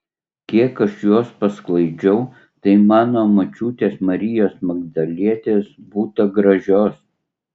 kiek aš juos pasklaidžiau tai mano močiutės marijos magdalietės būta gražios